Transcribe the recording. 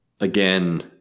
again